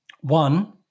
one